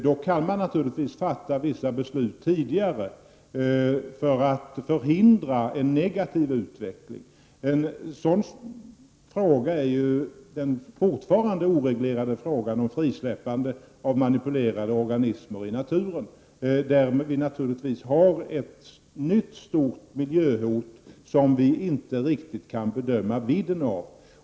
Då kan man naturligtvis fatta vissa beslut tidigare för att förhindra en negativ utveckling. Ett sådant område är fortfarande den oreglerade frågan om frisläppande av manipulerade organismer i naturen, där vi har ett nytt stort miljöhot som vi inte riktigt kan bedöma vidden av.